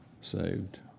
saved